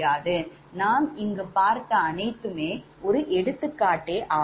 நாம் இங்கு பார்த்த அனைத்துமே ஒரு எடுத்துக்காட்டாகும்